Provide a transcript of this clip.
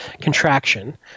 contraction